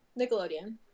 Nickelodeon